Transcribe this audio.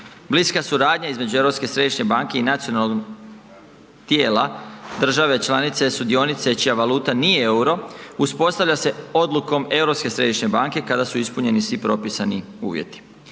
Europske središnje banke i nacionalnog tijela države članice sudionice čija valuta nije euro, uspostavlja se odlukom Europske središnje banke kada su ispunjeni svi propisani uvjeti.